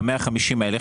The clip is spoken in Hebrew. ה-150 האלה.